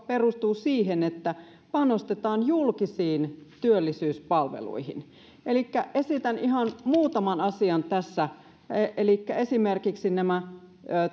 perustuu siihen että panostetaan julkisiin työllisyyspalveluihin esitän ihan muutaman asian tässä elikkä esimerkiksi